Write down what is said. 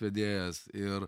vedėjas ir